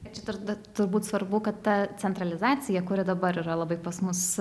bet čia turbūt svarbu kad ta centralizacija kuri dabar yra labai pas mus